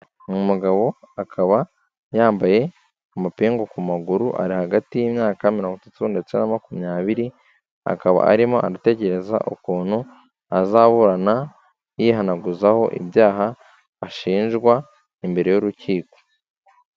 Ni umugabo akaba yambaye amapingu ku maguru, ari hagati y'imyaka mirongo itatu ndetse na makumyabiri, akaba arimo aratekereza ukuntu azaburana yihanaguzaho ibyaha ashinjwa imbere y'urukiko.